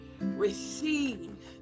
receive